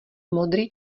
modrý